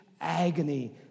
agony